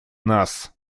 нас